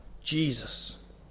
Jesus